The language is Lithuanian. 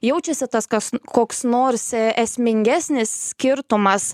jaučiasi tas kas koks nors esmingesnis skirtumas